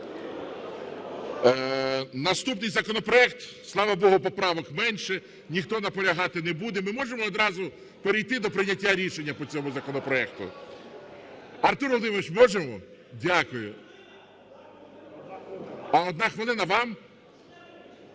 Наступний законопроект, слава богу, поправок менше, ніхто наполягати не буде. Ми можемо одразу перейти до прийняття рішення по цьому законопроекту? Артур Володимирович, можемо? Дякую. 1 хвилина вам?